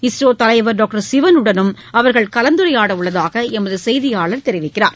இஸ்ரோ தலைவர் டாக்டர் சிவனுடனும் அவர்கள் கலந்துரையாடவுள்ளதாக எமது செய்தியாளர் தெரிவிக்கிறார்